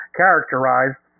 characterized